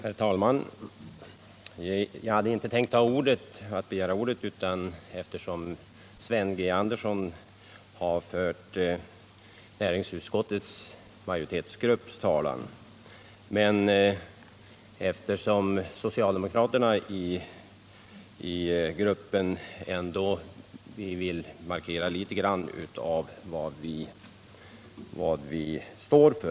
Herr talman! Jag hade inte tänkt begära ordet, då Sven G. Andersson har fört näringsutskottets majoritetsgrupps talan, men eftersom vi i den socialdemokratiska gruppen starkt vill markera vad vi står för skall jag ändå yttra mig.